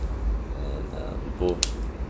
and um we both